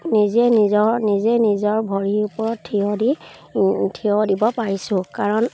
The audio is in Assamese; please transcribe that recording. নিজে নিজৰ নিজে নিজৰ ভৰিৰ ওপৰত থিয় দি থিয় দিব পাৰিছোঁ কাৰণ